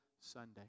Sunday